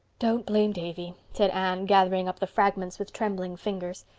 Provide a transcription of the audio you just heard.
don't blame davy, said anne, gathering up the fragments with trembling fingers.